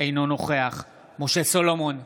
אינו נוכח משה סולומון,